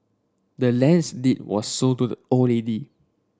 the land's deed was sold to the old lady